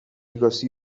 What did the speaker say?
because